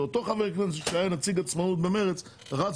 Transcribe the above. ואותו חבר כנסת שהיה נציג עצמאות ב-מרצ רץ